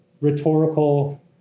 rhetorical